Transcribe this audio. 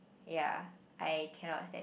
ya I cannot stand it